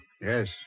Yes